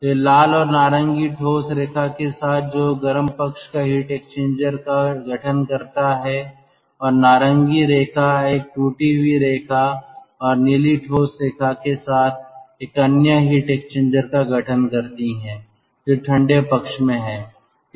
तो यह लाल और नारंगी ठोस रेखा के साथ जो गर्म पक्ष का हीट एक्सचेंजर का गठन करता है और नारंगी रेखा एक टूटी हुई रेखा और नीली ठोस रेखा के साथ एक अन्य हीट एक्सचेंजर का गठन करती है जो ठंडे पक्ष में है